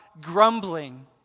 grumbling